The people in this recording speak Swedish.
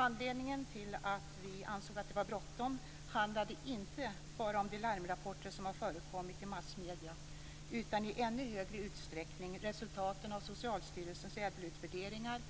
Anledningen till att vi ansåg att det var bråttom var inte bara de larmrapporter som har förekommit i massmedierna. I ännu större utsträckning handlade det om resultaten av Socialstyrelsens ädelutvärderingar